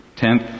Tenth